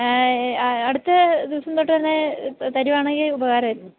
അടുത്ത ദിവസം തൊട്ടുതന്നെ തരികയാണെങ്കില് ഉപകാരമായിരുന്നു